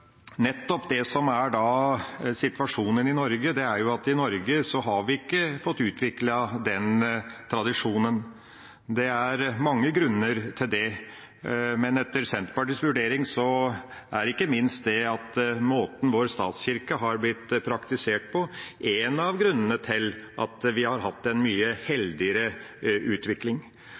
I Norge har vi ikke fått utviklet den tradisjonen. Det er mange grunner til det, men etter Senterpartiets vurdering er ikke minst måten vår statskirkeordning har blitt praktisert på, en av grunnene til at vi har hatt en mye heldigere utvikling.